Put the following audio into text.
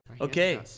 Okay